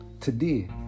Today